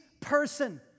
person